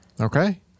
Okay